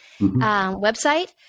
website